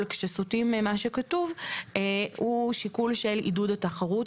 כשסוטים ממה שכתוב הוא שיקול של עידוד התחרות.